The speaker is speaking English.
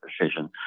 decision